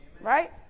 Right